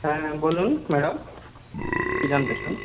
হ্যাঁ বলুন ম্যাডাম কী জানতে চান